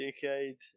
decade